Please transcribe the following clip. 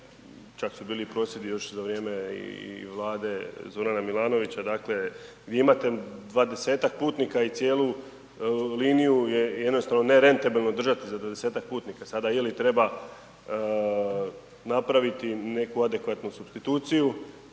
čak su bili prosvjedi još za vrijeme i Vlade Zorana Milanovića, dakle gdje imate 20-ak putnika i cijelu liniju jer je jednostavno nerentabilno držati za 20-ak putnika sada ili je treba napraviti neku adekvatnu supstituciju